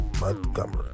Montgomery